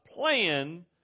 plan